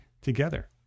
together